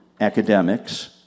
academics